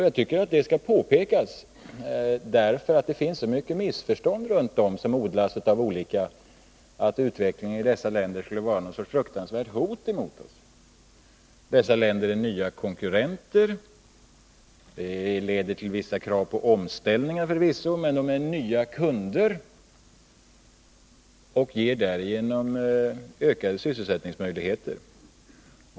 Jag tycker att det skall påpekas — det finns så mycket missförstånd på olika håll om att utvecklingen i dessa länder är ett fruktansvärt hot mot oss: dessa länder är nya konkurrenter. Det leder förvisso till vissa krav på omställningar. Men de är också nya kunder och ger därigenom ökade sysselsättningsmöjligheter.